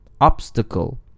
obstacle